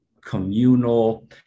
communal